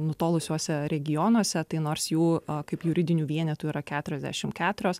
nutolusiuose regionuose tai nors jų kaip juridinių vienetų yra keturiasdešim keturios